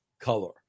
color